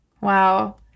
Wow